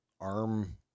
arm